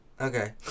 Okay